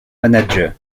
manager